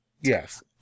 Yes